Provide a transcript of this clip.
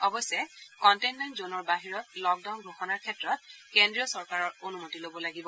অৱশ্যে কনটেইনমেণ্ট জ'নৰ বাহিৰত লকডাউন ঘোষণাৰ ক্ষেত্ৰত কেন্দ্ৰীয় চৰকাৰৰ অনুমতি ল'ব লাগিব